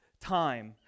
time